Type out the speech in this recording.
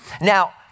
Now